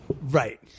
Right